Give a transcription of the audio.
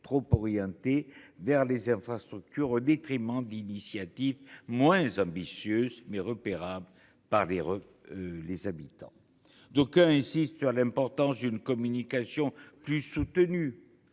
trop orientées vers les infrastructures, au détriment d’initiatives moins ambitieuses, mais repérables par les habitants. D’aucuns insistent sur l’importance d’une communication plus soutenue,